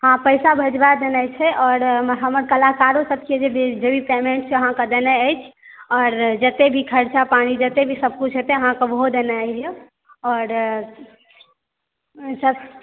हाँ पैसा भेजबाइ देनाइ छै आओर हमर कलाकारो सब के जे भेज दी ई कहनाइ छै अहाँ के देनाइ अछि आर जते भी खरचा पानि जते भी सबकिछु हेतै अहाँ सब ओहो देनाइ अछि आओर ई सब